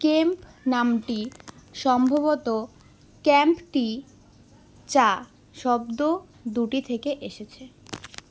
camp নাম টি সম্ভবত ক্যাম্প টি চা শব্দ দুটি থেকে এসেছে